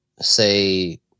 say